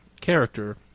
character